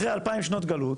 אחרי 2,000 שנות גלות,